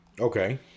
Okay